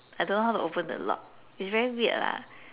I don't know how to open the lock it's very weird lah